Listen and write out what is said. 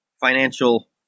financial